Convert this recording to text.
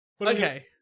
Okay